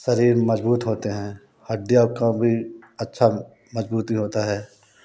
शरीर मजबूत होते हैं हड्डियां का भी अच्छा मजबूती होता है